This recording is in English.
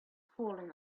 falling